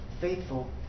faithful